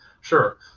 Sure